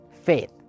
faith